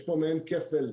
יש פה מעין כפל.